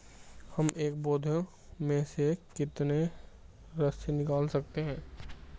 हम एक बीघे में से कितनी सरसों निकाल सकते हैं?